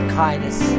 kindness